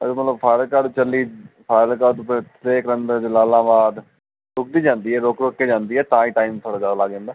ਇਹ ਮਤਲਬ ਫਾਜ਼ਿਲਕਾ ਤੋਂ ਚੱਲੀ ਫਾਜ਼ਿਲਕਾ ਤੋਂ ਫੇਰ ਜਲਾਲਾਬਾਦ ਰੁਕਦੀ ਜਾਂਦੀ ਹੈ ਰੁੱਕ ਰੁੱਕ ਕੇ ਜਾਂਦੀ ਹੈ ਤਾਂ ਹੀਂ ਟਾਈਮ ਥੋੜ੍ਹਾ ਜ਼ਿਆਦਾ ਲੱਗ ਜਾਂਦਾ